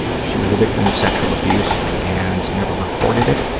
she was the victim of sexual abuse and never reported it.